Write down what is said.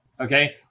Okay